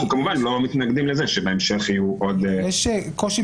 אנחנו כמובן לא מתנגדים לזה שבהמשך יהיו עוד תיקוני